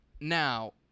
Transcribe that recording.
now